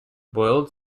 boiled